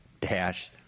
dash